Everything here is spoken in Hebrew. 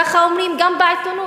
ככה אומרים גם בעיתונות,